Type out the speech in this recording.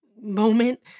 moment